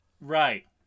Right